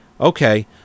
okay